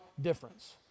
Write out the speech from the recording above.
difference